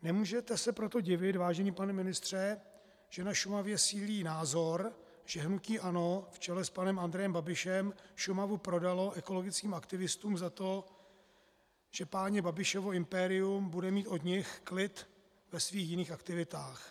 Nemůžete se proto divit, vážený pane ministře, že na Šumavě sílí názor, že hnutí ANO v čele s panem Andrejem Babišem Šumavu prodalo ekologickým aktivistům za to, že páně Babišovo impérium bude mít od nich klid ve svých jiných aktivitách.